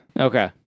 Okay